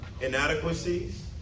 inadequacies